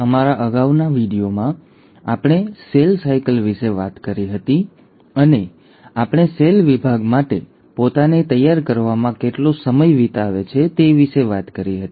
અમારા અગાઉના વિડિઓમાં અમે સેલ સાયકલ વિશે વાત કરી હતી અને અમે સેલ વિભાગ માટે પોતાને તૈયાર કરવામાં કેટલો સમય વિતાવે છે તે વિશે વાત કરી હતી